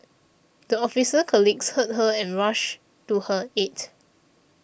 the officer colleagues heard her and rushed to her aid